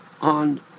on